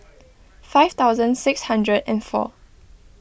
five thousand six hundred and four